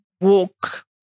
walk